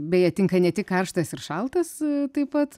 beje tinka ne tik karštas ir šaltas taip pat